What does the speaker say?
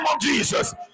Jesus